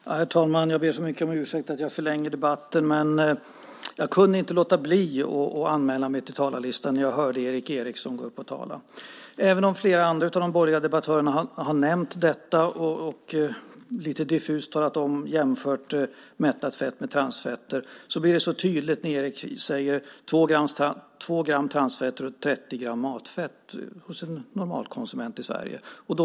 Herr talman! Jag ber så mycket om ursäkt att jag förlänger debatten. Jag kunde inte låta bli att anmäla mig till talarlistan när jag hörde Erik A Eriksson tala. Även om flera andra av de borgerliga debattörerna har nämnt detta och lite diffust talat om och jämfört mättat fett med transfetter blir det så tydligt när Erik säger: Det är 2 gram transfetter och 30 gram matfett för en normalkonsument i Sverige.